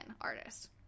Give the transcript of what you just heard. artist